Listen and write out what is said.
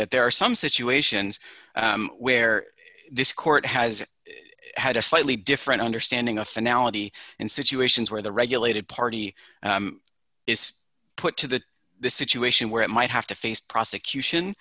that there are some situations where this court has had a slightly different understanding a finale in situations where the regulated party is put to that the situation where it might have to face prosecution